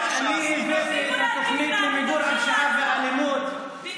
אני הבאתי את התוכנית למיגור הפשיעה והאלימות,